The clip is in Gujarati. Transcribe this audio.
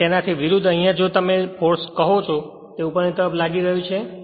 અને તેનાથી વિરુદ્ધ અહીયાં તમે જેને ફોર્સ કહો છો તે ઉપર ની તરફ લાગી રહ્યું છે